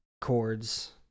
chords